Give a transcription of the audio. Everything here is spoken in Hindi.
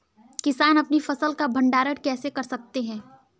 किसान अपनी फसल का भंडारण कैसे कर सकते हैं?